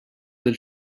del